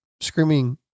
screaming